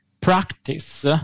practice